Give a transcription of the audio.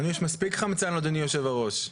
יש מספיק חמצן, אדוני יושב הראש.